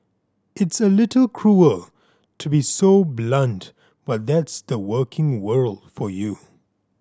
it's a little cruel to be so blunt but that's the working world for you